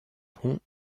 pont